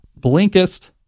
Blinkist